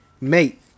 Mate